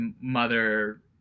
mother